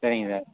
சரிங்க சார்